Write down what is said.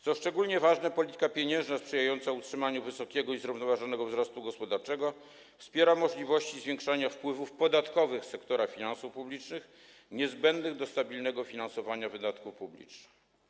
Co szczególnie ważne, polityka pieniężna sprzyjająca utrzymaniu wysokiego i zrównoważonego wzrostu gospodarczego wspiera możliwości zwiększania wpływów podatkowych z sektora finansów publicznych, niezbędnych do stabilnego finansowania wydatków publicznych.